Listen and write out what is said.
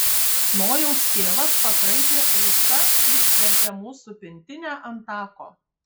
nojaus tėvas pakraipė ūsą išvertė mūsų pintinę ant tako